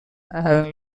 heavily